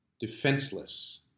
defenseless